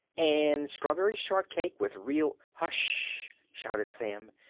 and strawberry shortcake with real hush! shouted sam.